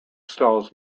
stalls